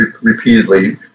repeatedly